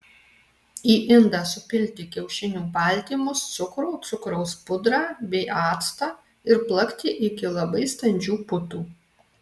į indą supilti kiaušinių baltymus cukrų cukraus pudrą bei actą ir plakti iki labai standžių putų